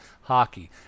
hockey